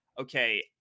okay